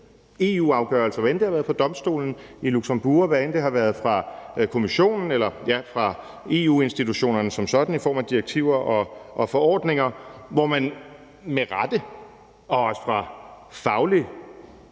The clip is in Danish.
EU-afgørelser, hvad end det har været fra Domstolen i Luxembourg, hvad end det har været fra Kommissionen eller fra EU-institutionerne som sådan i form af direktiver og forordninger, hvor man med rette og fra faglig